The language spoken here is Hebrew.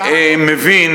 שר החוץ מקבל,